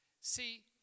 See